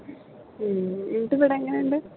വീട്ടിലിവിടെ എങ്ങനെയുണ്ട്